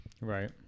Right